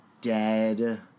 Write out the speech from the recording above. dead